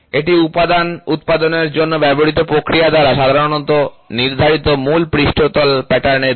এটি উপাদান উৎপাদনের জন্য ব্যবহৃত প্রক্রিয়া দ্বারা সাধারনত নির্ধারিত মূল পৃষ্ঠতল প্যাটার্নের দিক